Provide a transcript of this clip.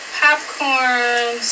popcorn